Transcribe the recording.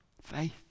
Faith